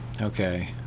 Okay